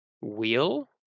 Wheel